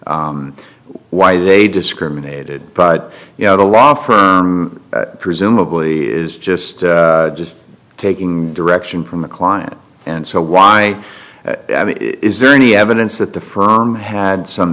why they discriminated but you know the law firm presumably is just just taking direction from the client and so why is there any evidence that the firm had some